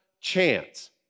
chance